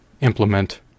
implement